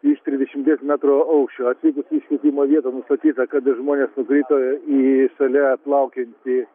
iš trisdešimties metrų aukščio atvykus į iškvietimo vietą nustatyta kad žmonės nukrito į šalia plaukiojantį